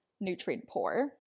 nutrient-poor